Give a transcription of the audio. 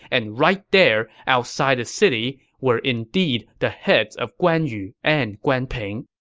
and right there, outside the city, were indeed the heads of guan yu and guan ping.